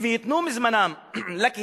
תיתנו לנו את כל התקציבים,